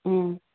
ꯎꯝ